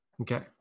Okay